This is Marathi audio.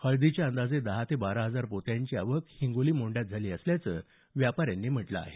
हळदीच्या अंदाजे दहा ते बारा हजार पोत्यांची आवक यावेळी हिंगोली मोंढ्यात झाली असल्याचं व्यापाऱ्यांनी म्हटलं आहे